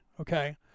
okay